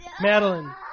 Madeline